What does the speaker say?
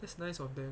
that's nice of them